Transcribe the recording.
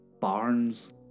barns